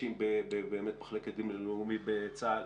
אתם